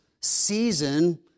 season